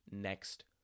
next